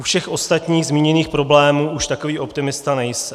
U všech ostatních zmíněných problémů už takový optimista nejsem.